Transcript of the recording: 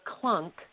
clunk